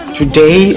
today